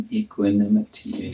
equanimity